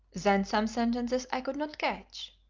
then some sentences i could not catch.